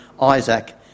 Isaac